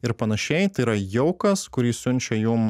ir panašiai tai yra jaukas kurį siunčia jum